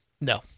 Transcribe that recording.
No